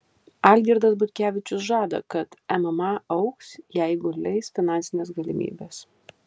algirdas butkevičius žada kad mma augs jeigu leis finansinės galimybės